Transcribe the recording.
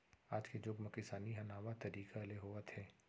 आज के जुग म किसानी ह नावा तरीका ले होवत हे